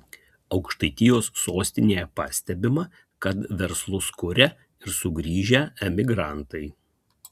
aukštaitijos sostinėje pastebima kad verslus kuria ir sugrįžę emigrantai